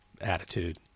Attitude